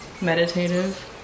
meditative